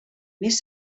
més